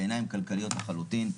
בעיניים כלכליות לחלוטין.